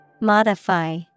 Modify